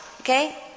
Okay